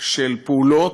של פעולות,